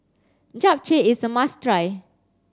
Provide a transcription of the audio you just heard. Japchae is a must try